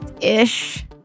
ish